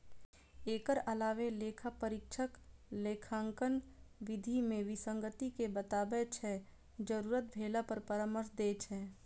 एकर अलावे लेखा परीक्षक लेखांकन विधि मे विसंगति कें बताबै छै, जरूरत भेला पर परामर्श दै छै